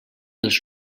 els